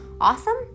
awesome